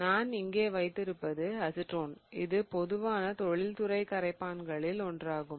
நான் இங்கே வைத்திருப்பது அசிட்டோன் இது பொதுவான தொழில்துறை கரைப்பான்களில் ஒன்றாகும்